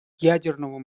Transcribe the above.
ядерного